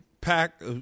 pack